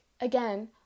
again